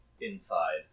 inside